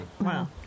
Wow